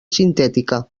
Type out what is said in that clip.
sintètica